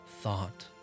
thought